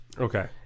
Okay